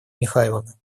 михайловна